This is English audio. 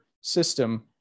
system